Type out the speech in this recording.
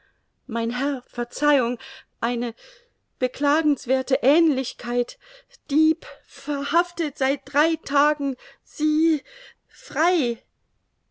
mein herr verzeihung eine beklagenswerthe aehnlichkeit dieb verhaftet seit drei tagen sie frei